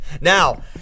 Now